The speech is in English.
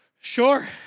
Sure